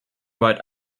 right